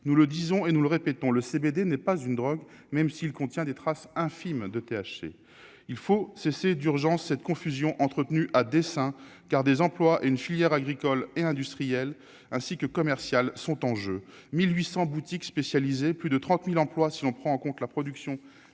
nous le disons et nous le répétons-le CBD n'est pas une drogue, même s'il contient des traces infimes de THC, il faut cesser d'urgence cette confusion entretenue à dessein, car des emplois une filière agricole et industriel ainsi que commercial sont en jeu, 1800 boutiques spécialisées, plus de 30000 emplois si on prend en compte la production,